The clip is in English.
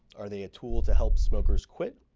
are they a tool to help smokers quit?